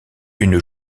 une